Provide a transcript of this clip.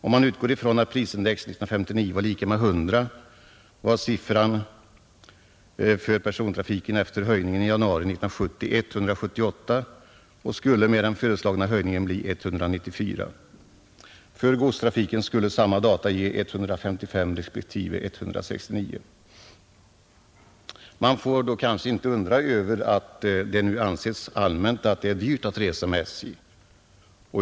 Om man utgår ifrån att prisindex 1959 var lika med 100 var siffran för persontrafiken efter höjningen i januari 1970 178 och skulle med den föreslagna höjningen bli 194. För godstrafiken skulle samma data ge 155 respektive 169. Man får då kanske inte undra över att det nu allmänt anses att det är dyrt att resa med SJ.